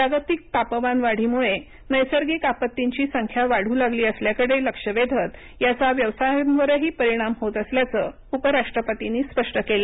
जागतिक तापमानवाढीमुळे नैसर्गिक आपत्तींची संख्या वाढू लागली असल्याकडे लक्ष वेधत याचा व्यवसांयांवरही परिणाम होत असल्याचं उपराष्ट्रपतींनी स्पष्ट केलं